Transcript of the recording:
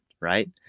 right